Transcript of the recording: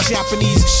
Japanese